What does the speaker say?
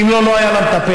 כי אם לא, לא הייתה לה מטפלת.